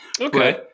Okay